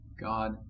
God